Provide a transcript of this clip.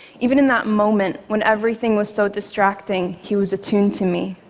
even in that moment, when everything was so distracting, he was attuned to me.